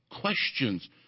questions